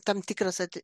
tam tikras ati